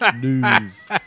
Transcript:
news